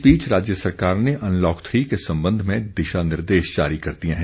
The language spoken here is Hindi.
इस बीच राज्य सरकार ने अनलॉक थ्री के संबंध में दिशा निर्देश जारी कर दिए हैं